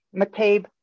McCabe